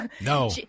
No